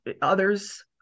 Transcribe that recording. others